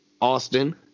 Austin